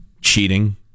cheating